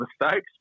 mistakes